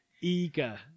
eager